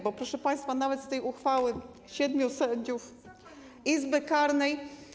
Bo proszę państwa, nawet z tej uchwały siedmiu sędziów Izby Karnej.